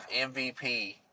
MVP